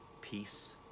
peace